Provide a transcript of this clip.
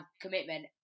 commitment